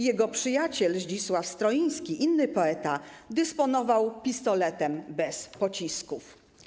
Jego przyjaciel Zdzisław Stroiński, inny poeta dysponował pistoletem bez pocisków.